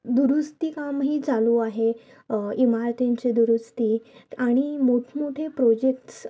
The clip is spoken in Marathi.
दुरुस्ती कामही चालू आहे इमारतींची दुरुस्ती आणि मोठमोठे प्रोजेक्ट्स